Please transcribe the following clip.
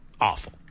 Awful